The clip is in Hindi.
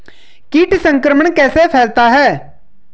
कीट संक्रमण कैसे फैलता है?